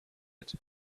and